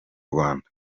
rwanda